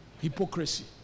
hypocrisy